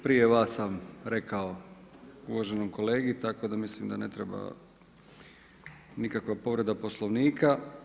Prije vas sam rekao uvaženom kolegi tako da mislim da ne treba nikakva povreda Poslovnika.